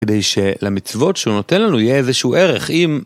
כדי שלמצוות שהוא נותן לנו יהיה איזשהו ערך אם...